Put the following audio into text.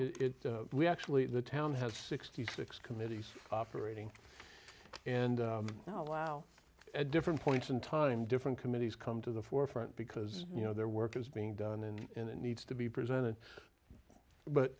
it we actually the town has sixty six committees operating and no allow at different points in time different committees come to the forefront because you know their work is being done and it needs to be presented